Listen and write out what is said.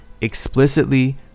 explicitly